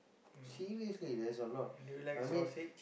seriously there's a lot I mean